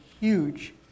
huge